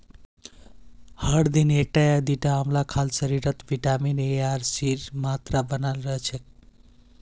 हर दिन एकटा या दिता आंवला खाल शरीरत विटामिन एर आर सीर मात्रा बनाल रह छेक